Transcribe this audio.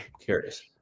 Curious